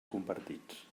compartits